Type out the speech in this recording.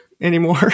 anymore